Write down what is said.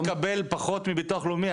אבל אתה מקבל פחות מביטוח לאומי,